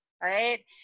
right